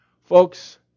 Folks